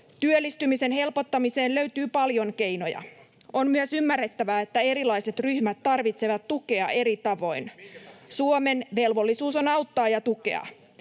Työllistymisen helpottamiseen löytyy paljon keinoja. On myös ymmärrettävää, että erilaiset ryhmät tarvitsevat tukea eri tavoin. [Jani Mäkelä: Minkä takia?] Suomen velvollisuus on auttaa ja tukea.